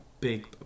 big